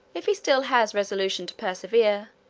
if he still has resolution to persevere,